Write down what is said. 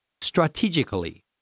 Strategically